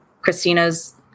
Christina's